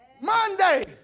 Monday